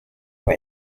for